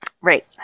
Right